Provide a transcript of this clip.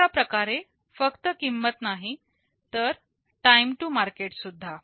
अशाप्रकारे फक्त किंमत नाही तर टाईम टू मार्केट सुद्धा